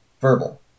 verbal